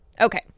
Okay